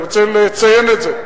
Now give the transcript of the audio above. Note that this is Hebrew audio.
אני רוצה לציין את זה.